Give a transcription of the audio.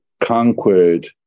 conquered